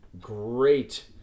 great